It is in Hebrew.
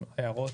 הערות?